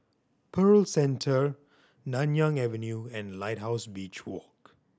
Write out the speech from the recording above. Pearl Centre Nanyang Avenue and Lighthouse Beach Walk